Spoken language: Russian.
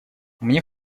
мне